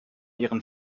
ihren